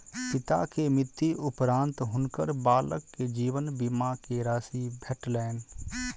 पिता के मृत्यु उपरान्त हुनकर बालक के जीवन बीमा के राशि भेटलैन